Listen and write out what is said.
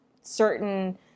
certain